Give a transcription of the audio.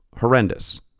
horrendous